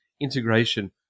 integration